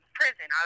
prison